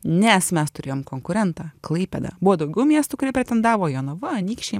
nes mes turėjom konkurentą klaipėdą buvo daugiau miestų kurie pretendavo jonava anykščiai